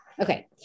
Okay